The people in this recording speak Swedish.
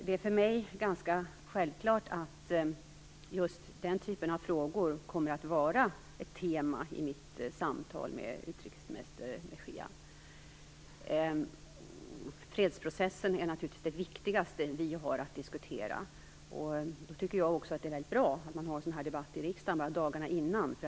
Det är för mig ganska självklart att just den här typen av frågor kommer att vara ett tema i mitt samtal med utrikesminister Mejia. Fredsprocessen är naturligtvis det viktigaste vi har att diskutera, och jag tycker att det är väldigt bra att man har en sådan här debatt i riksdagen dagarna innan vårt möte.